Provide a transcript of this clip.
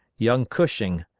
young cushing,